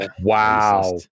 Wow